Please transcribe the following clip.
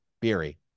Beery